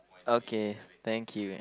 okay thank you